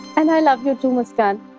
and i love you, too, mushkan.